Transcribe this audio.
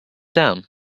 down